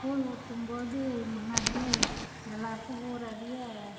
கூழ் ஊற்றும் போது முன்னாடியே எல்லோருக்கும் ஊரறிய